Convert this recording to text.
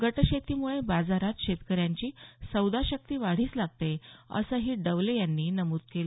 गटशेतीमुळे बाजारात शेतकऱ्यांची सौदाशक्ती वाढीस लागते असंही डवले यांनी नमूद केलं